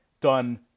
done